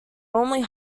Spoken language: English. normally